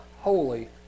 holy